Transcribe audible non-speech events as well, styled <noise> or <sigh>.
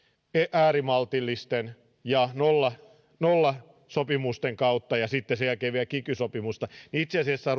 äärimaltillisten ja nollasopimusten kautta ja sitten sen jälkeen vielä kiky sopimusta itse asiassa <unintelligible>